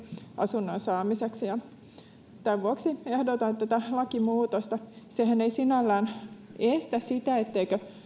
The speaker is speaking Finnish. asunnon saamiseksi tämän vuoksi ehdotan tätä lakimuutosta sehän ei sinällään estä sitä etteikö